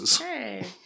Hey